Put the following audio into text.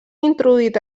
introduït